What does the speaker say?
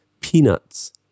peanuts